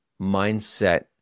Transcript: mindset